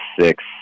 six